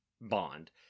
Bond